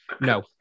No